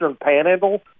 Panhandle